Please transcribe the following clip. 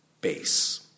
base